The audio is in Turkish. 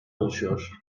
oluşuyor